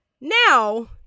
Now